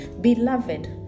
Beloved